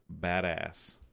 badass